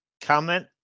comment